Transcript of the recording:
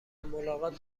ملاقات